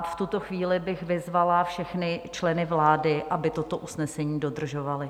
V tuto chvíli bych vyzvala všechny členy vlády, aby toto usnesení dodržovali.